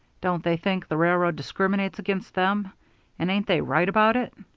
don't they think the railroad discriminates against them and ain't they right about it?